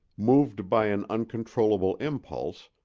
moved by an uncontrollable impulse,